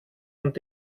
und